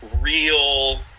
real